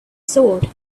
sword